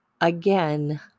again